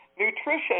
nutrition